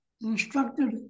instructed